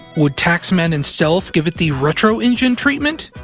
would taxman and stealth give it the retro engine treatment?